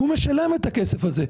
הוא משלם את הכסף הזה.